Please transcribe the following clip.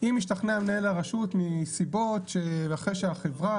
אם ישתכנע מנהל הרשות אחרי שהחברה